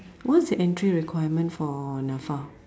what's the entry requirement for Nafa